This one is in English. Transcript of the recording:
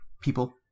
people